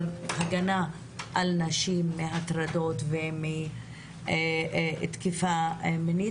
הגנה על נשים מהטרדות ומתקיפה מינית,